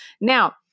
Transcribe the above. now